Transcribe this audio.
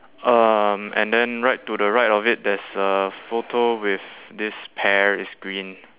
um and then right to the right of it there's a photo with this pear it's green